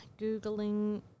googling